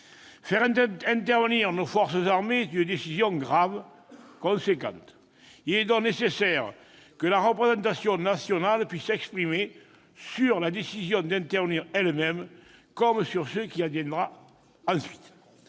Faire intervenir nos forces armées est une décision grave, qui emporte des conséquences. Il est donc nécessaire que la représentation nationale puisse s'exprimer sur la décision d'intervenir elle-même comme sur ce qu'il adviendra ensuite.